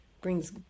brings